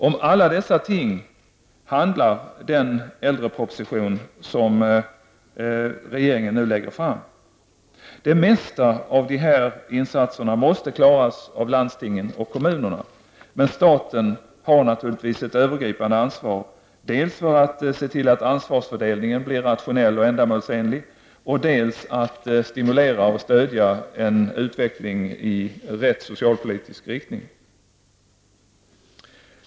Om alla dessa ting handlar den äldreproposition som regeringen nu lägger fram. Det mesta av dessa insatser måste klaras av landstingen och kommunerna, men staten har naturligtvis ett övergripande ansvar, dels för att se till att ansvarsfördelningen blir rationell och ändamålsenlig, dels för att stimulera och stödja en utveckling i rätt socialpolitisk riktning.